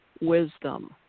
wisdom